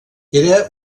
era